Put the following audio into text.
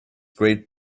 great